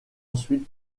ensuite